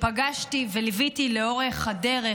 שפגשתי וליוויתי לאורך הדרך,